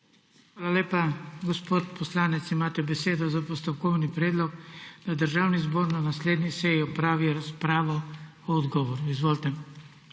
Hvala lepa. Gospod poslanec, imate besedo za postopkovni predlog, da Državni zbor na naslednji seji opravi razpravo o odgovoru. Izvolite.